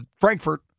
Frankfurt